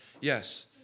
Yes